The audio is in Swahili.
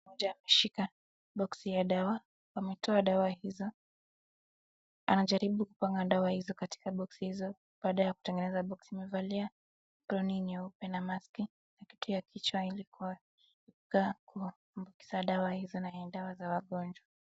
Mmoja ameshika boxi ya dawa, wametoa dawa hizo .Anajaribu kupanga dawa hizo katika boxi hizo baada ya kutengeneza boxi, amevalia longi nyeupe na maski na kitu ya kichwa ilikuwa kungaa kwa msaada wa hizo na ni dawa za wagonjwa.